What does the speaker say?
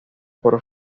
por